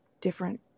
different